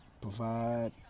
provide